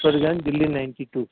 Savita Vihar Delhi ninety two